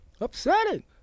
upsetting